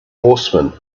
horseman